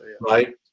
Right